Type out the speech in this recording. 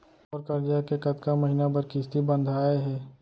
मोर करजा के कतका महीना बर किस्ती बंधाये हे?